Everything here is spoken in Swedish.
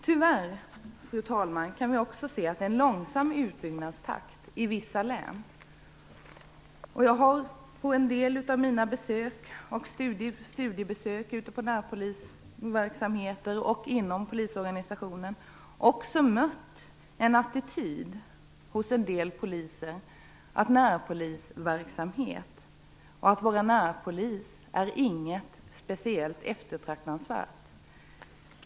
Tyvärr, fru talman, kan vi också se att utbyggnadstakten är långsam i vissa län. Vid en del av mina studiebesök vid närpolisverksamheter och vid andra delar inom polisorganisationen har jag också mött en attityd hos en del poliser att närpolisverksamhet och att vara närpolis inte är något speciellt eftertraktansvärt.